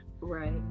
Right